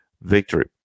victory